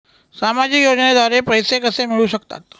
सामाजिक योजनेद्वारे पैसे कसे मिळू शकतात?